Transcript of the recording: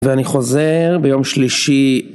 ואני חוזר ביום שלישי.